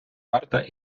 карта